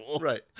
right